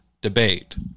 debate